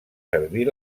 servir